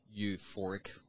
euphoric